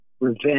revenge